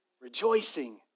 Rejoicing